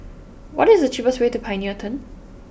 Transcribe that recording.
what is the cheapest way to Pioneer Turn